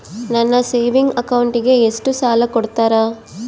ನನ್ನ ಸೇವಿಂಗ್ ಅಕೌಂಟಿಗೆ ಎಷ್ಟು ಸಾಲ ಕೊಡ್ತಾರ?